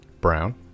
Brown